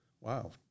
Wow